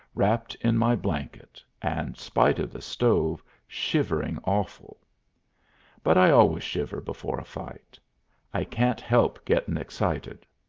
wrapped in my blanket, and, spite of the stove, shivering awful but i always shiver before a fight i can't help gettin' excited.